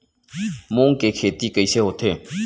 मूंग के खेती कइसे होथे?